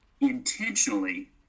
intentionally